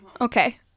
Okay